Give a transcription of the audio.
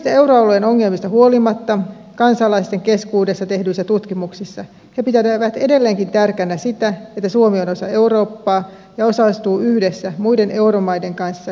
kaikista euroalueen ongelmista huolimatta kansalaisten keskuudessa tehdyissä tutkimuksissa he pitävät edelleenkin tärkeänä sitä että suomi on osa eurooppaa ja osallistuu yhdessä muiden euromaiden kanssa eurokriisin hallintaan